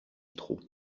trop